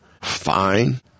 fine